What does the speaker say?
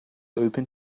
open